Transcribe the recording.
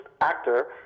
actor